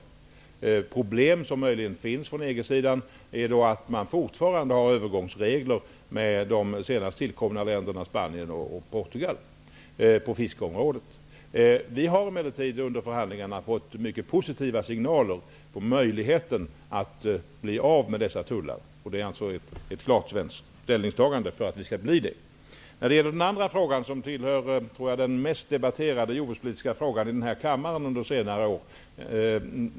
De problem som möjligen finns på EG-sidan är att det fortfarande finns övergångsregler på fiskeområdet för de senast tillkomna länderna Spanien och Portugal. Vi har emellertid under förhandlingarna fått mycket positiva signaler om möjligheten att bli av med dessa tullar. Det finns ett klart svenskt ställningstagande för att de skall försvinna. Frågan om möjligheten att resa med hundar och katter tillhör de mest debatterade jordbrukspolitiska frågorna i denna kammare under senare år.